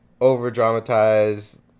over-dramatized